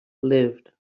lived